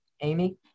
Amy